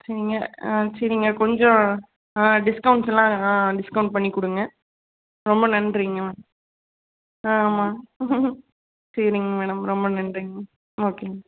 சரிங்க ஆ சரிங்க கொஞ்சம் ஆ டிஸ்கௌண்ட்ஸ்யெலாம் ஆ டிஸ்கௌண்ட் பண்ணிக் கொடுங்க ரொம்ப நன்றிங்க மேம் ஆ ஆமாம் சரிங்க மேடம் ரொம்ப நன்றிங்க ஓகேங்க